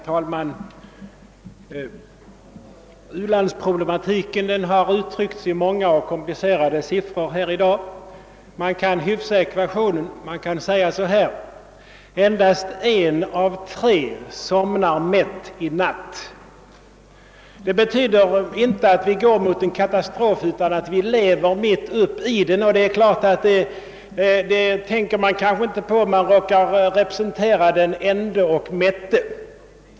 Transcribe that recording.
Herr talman! U-landsproblematiken har uttryckts i många och komplicerade siffror här i dag. Man kan hyfsa ekvationen genom att uttrycka det så här: endast en av tre somnar mätt i natt. Detta betyder inte att vi går emot en katastrof, utan att vi lever mitt i den. Det tänker man kanske inte på om man råkar representera den ende och mätte.